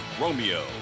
Romeo